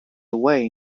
away